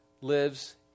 lives